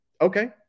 Okay